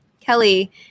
Kelly